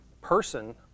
person